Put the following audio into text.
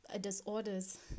disorders